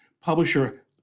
publisher